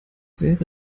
wäre